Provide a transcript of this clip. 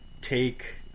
take